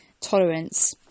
tolerance